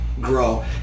grow